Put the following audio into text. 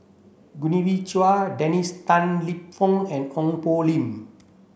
Genevieve Chua Dennis Tan Lip Fong and Ong Poh Lim